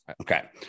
Okay